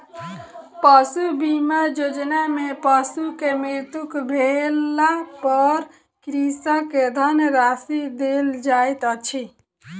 पशु बीमा योजना में पशु के मृत्यु भेला पर कृषक के धनराशि देल जाइत अछि